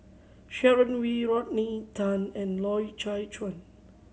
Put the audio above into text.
Sharon Wee Rodney Tan and Loy Chye Chuan